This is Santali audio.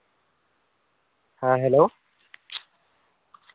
ᱦᱮᱸ ᱦᱮᱞᱳ